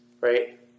Right